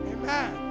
Amen